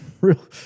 Real